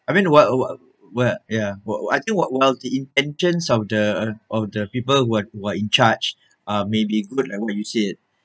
I mean what what what ya what what I think what was the intentions of the of the people who're who're in charge ah maybe good like what you said